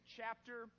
chapter